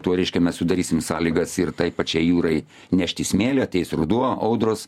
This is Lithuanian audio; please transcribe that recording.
tuo reiškia mes sudarysim sąlygas ir taip pačiai jūrai nešti smėlį ateis ruduo audros